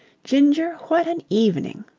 ginger, what an evening!